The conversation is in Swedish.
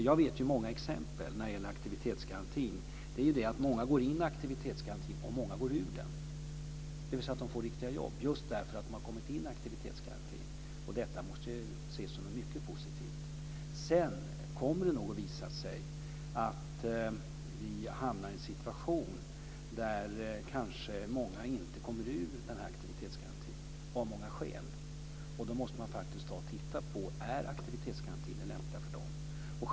Jag vet många exempel när det gäller aktivitetsgarantin där många går in i den, och många går ur den, dvs. de får riktiga jobb just därför att de har kommit in i aktivitetsgarantin. Och detta måste ju ses som något mycket positivt. Sedan kommer det nog att visa sig att vi hamnar i en situation där många av många skäl kanske inte kommer ur denna aktivitetsgaranti. Och då måste man faktiskt ta och titta på om aktivitetsgarantin är det lämpliga för dem.